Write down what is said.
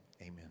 Amen